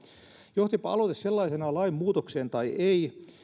johtipa aloite sellaisenaan lainmuutokseen tai ei